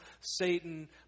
Satan